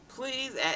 please